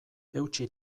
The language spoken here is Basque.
eutsi